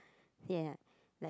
yeah